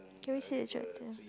can we see a tractor